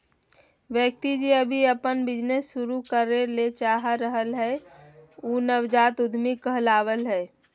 व्यक्ति जे अभी अपन बिजनेस शुरू करे ले चाह रहलय हें उ नवजात उद्यमिता कहला हय